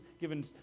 given